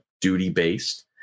duty-based